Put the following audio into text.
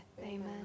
amen